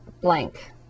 blank